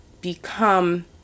become